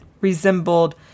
resembled